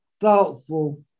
thoughtful